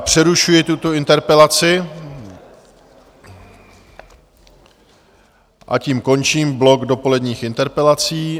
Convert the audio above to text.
Přerušuji tuto interpelaci a tím končím blok dopoledních interpelací.